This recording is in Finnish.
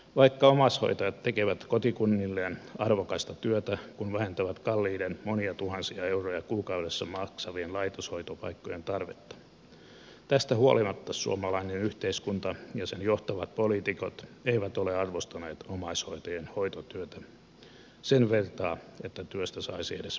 vaikka omaishoitajat tekevät kotikunnilleen arvokasta työtä kun he vähentävät kalliiden monia tuhansia euroja kuukaudessa maksavien laitoshoitopaikkojen tarvetta tästä huolimatta suomalainen yhteiskunta ja sen johtavat poliitikot eivät ole arvostaneet omaishoitajien hoitotyötä sen vertaa että työstä saisi edes minimipalkan